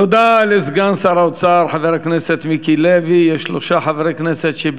תודה לסגן שר האוצר, חבר הכנסת מיקי לוי.